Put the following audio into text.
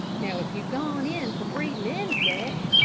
now if you'd gone in for breedin' insecks,